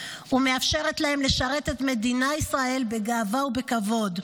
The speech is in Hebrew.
ומאפשרת להם לשרת את מדינת ישראל בגאווה ובכבוד.